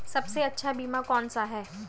सबसे अच्छा बीमा कौन सा है?